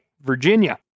Virginia